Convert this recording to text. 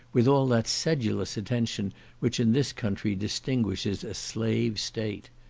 with all that sedulous attention which in this country distinguishes a slave state.